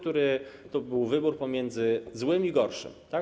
To był wybór pomiędzy złym i gorszym, tak?